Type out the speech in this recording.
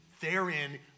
therein